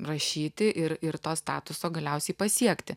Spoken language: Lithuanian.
rašyti ir ir to statuso galiausiai pasiekti